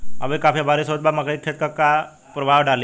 अभी काफी बरिस होत बा मकई के खेत पर का प्रभाव डालि?